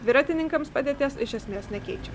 dviratininkams padėties iš esmės nekeičia